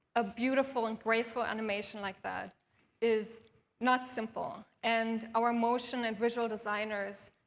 a beautiful and graceful animation like that is not simple. and our motion and visual designers,